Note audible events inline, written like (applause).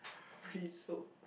(laughs) free soap